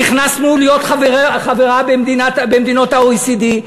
נכנסנו להיות חברה במדינות ה-OECD.